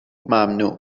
ممنوع